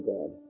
God